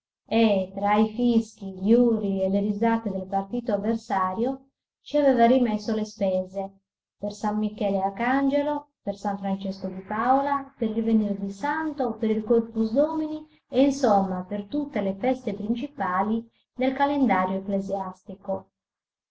e tra i fischi gli urli e le risate del partito avversario ci aveva rimesso le spese per s michele arcangelo per s francesco di paola per il venerdì santo per il corpus domini e insomma per tutte le feste principali del calendario ecclesiastico